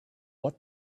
what